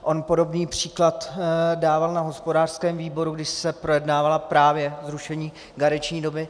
On podobný příklad dával na hospodářském výboru, když se projednávalo právě zrušení karenční doby.